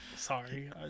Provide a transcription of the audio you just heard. sorry